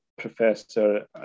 Professor